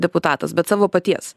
deputatas bet savo paties